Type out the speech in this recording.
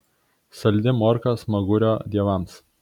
saldi morka smagurio dievams